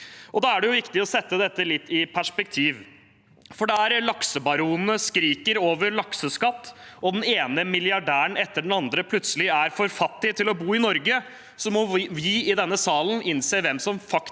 Da er det viktig å sette dette litt i perspektiv. For der laksebaronene skriker over lakseskatt og den ene milliardæren etter den andre plutselig er for fattig til å bo i Norge, må vi i denne salen innse hvem som faktisk